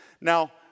now